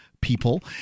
people